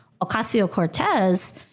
Ocasio-Cortez